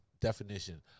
definition